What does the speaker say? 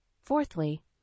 Fourthly